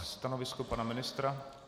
Stanovisko pana ministra?